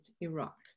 Iraq